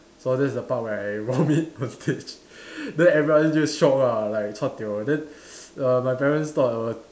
so that's the part where I vomit on stage then everyone just shock lah like chua tio then err my parents thought it was